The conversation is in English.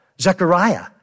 Zechariah